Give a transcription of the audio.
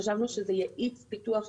חשבנו שזה יאיץ פיתוח,